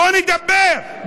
בואו נדבר,